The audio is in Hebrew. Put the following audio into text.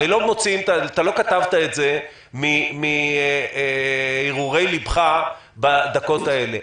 הרי אתה לא כתבת את זה מהרהורי ליבך בדקות האלה.